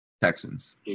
Texans